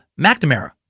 McNamara